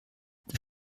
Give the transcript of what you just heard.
die